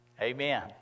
Amen